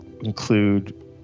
include